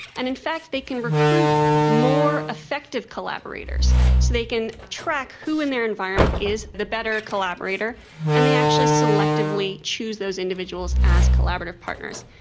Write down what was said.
and in fact they can recruit more effective collaborators, so they can track who in their environment is the better collaborator and they actually selectively choose those individuals as collaborative partners.